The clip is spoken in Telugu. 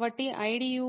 కాబట్టి ఐడియు